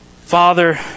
Father